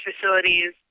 facilities